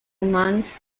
months